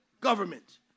government